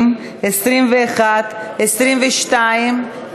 20, 21, 22,